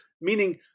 meaning